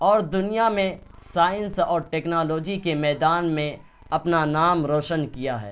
اور دنیا میں سائنس اور ٹیکنالوجی کے میدان میں اپنا نام روشن کیا ہے